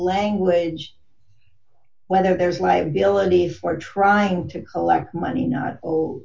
language whether there's liability for trying to collect money n